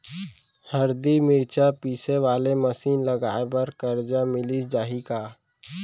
हरदी, मिरचा पीसे वाले मशीन लगाए बर करजा मिलिस जाही का?